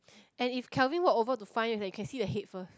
and if Kelvin walk over to find you can like see a head first